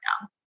now